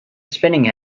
spinning